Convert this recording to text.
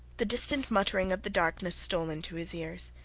the distant muttering of the darkness stole into his ears.